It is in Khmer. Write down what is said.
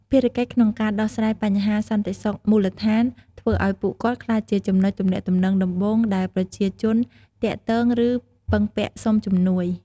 ភារកិច្ចក្នុងការដោះស្រាយបញ្ហាសន្តិសុខមូលដ្ឋានធ្វើឲ្យពួកគាត់ក្លាយជាចំណុចទំនាក់ទំនងដំបូងដែលប្រជាជនទាក់ទង ឬពឹងពាក់សុំជំនួយ។